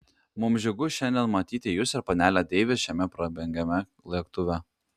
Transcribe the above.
mums džiugu šiandien matyti jus ir panelę deivis šiame prabangiame lėktuve